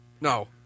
No